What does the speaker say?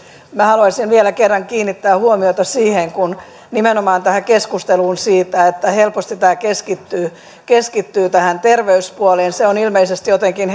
minä haluaisin vielä kerran kiinnittää huomiota nimenomaan tähän keskusteluun siitä että helposti tämä keskittyy keskittyy tähän terveyspuoleen se on ilmeisesti jotenkin